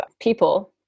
people